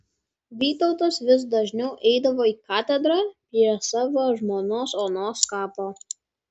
vytautas vis dažniau eidavo į katedrą prie savo žmonos onos kapo